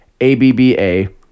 ABBA